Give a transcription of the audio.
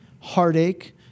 heartache